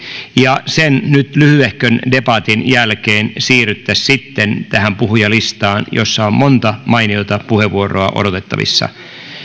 ja sen nyt lyhyehkön debatin jälkeen siirryttäisiin sitten tähän puhujalistaan jossa on monta mainiota puheenvuoroa odotettavissa ja